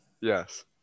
Yes